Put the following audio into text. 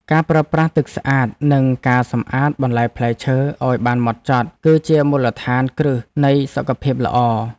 ការប្រើប្រាស់ទឹកស្អាតនិងការសម្អាតបន្លែផ្លែឈើឱ្យបានហ្មត់ចត់ គឺជាមូលដ្ឋានគ្រឹះនៃសុខភាពល្អ។